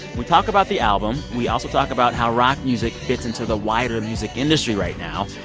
we talk about the album. we also talk about how rock music fits into the wider music industry right now.